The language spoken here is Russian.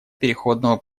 переходного